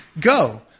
Go